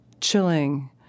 chilling